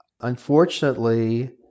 unfortunately